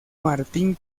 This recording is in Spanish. martín